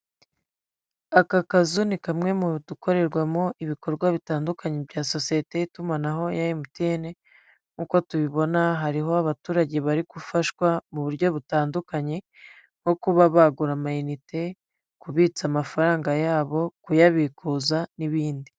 Aka kazu ni kamwe mu dukorerwamo ibikorwa bitandukanye bya sosiyete y'itumanaho, ya MTN, nkuko'uko tubibona hariho abaturage bari gufashwa mu buryo butandukanye nko kuba bagura amayinite, kubitsa amafaranga yabo kuyabikuza n'ibindi.